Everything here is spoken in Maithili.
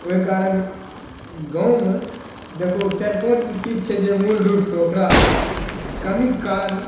ओहि कारण गाँवमे देखहो चार पाँच गो चीज छै जे मूल रूप से ओकरा कमीके कारण